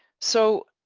so